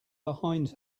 behind